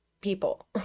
people